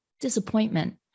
Disappointment